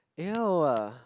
[eww]